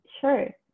sure